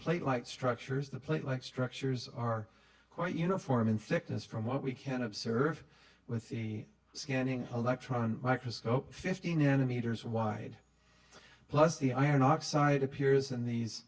plate like structures the plate like structures are quite uniform in thickness from what we can observe with scanning electron microscope fifteen enemy toure's wide plus the iron oxide appears in these